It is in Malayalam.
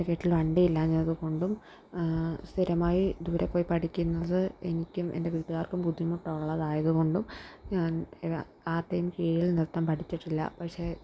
എൻ്റെ വീട്ടിൽ വണ്ടിയില്ലാഞ്ഞതുകൊണ്ടും സ്ഥിരമായി ദൂരെ പോയി പഠിക്കുന്നത് എനിക്കും എൻ്റെ വീട്ടുകാർക്കും ബുദ്ധിമുട്ട് ഉള്ളതായതുകൊണ്ടും ഞാൻ ആരുടെയും കീഴിൽ നൃത്തം പഠിച്ചിട്ടില്ല പക്ഷെ